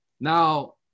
now